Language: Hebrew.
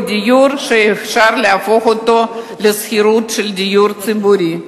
או דיור שאפשר להפוך אותו לשכירות של דיור ציבורי.